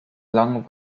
lang